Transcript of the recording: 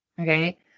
Okay